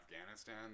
Afghanistan